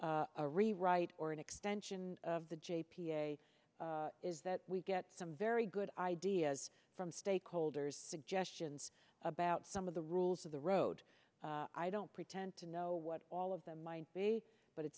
a rewrite or an extension of the j p a is that we get some very good ideas from stakeholders suggestions about some of the rules of the road i don't pretend to know what all of them might be but it